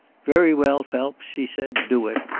very well, phelps, she said. do it.